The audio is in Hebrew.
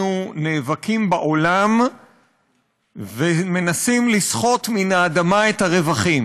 נאבקים בעולם ומנסים לסחוט מן האדמה את הרווחים,